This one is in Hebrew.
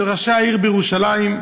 חסר של עשרות שנים של ראשי העיר בירושלים.